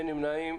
אין נמנעים.